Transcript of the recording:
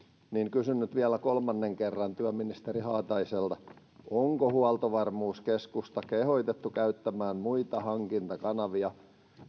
kysyn nyt vielä kolmannen kerran työministeri haataiselta onko huoltovarmuuskeskusta kehotettu käyttämään muita hankintakanavia